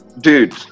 Dude